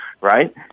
right